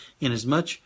inasmuch